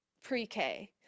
pre-K